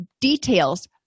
details